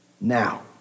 Now